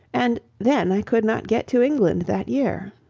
and then i could not get to england that year.